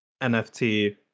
nft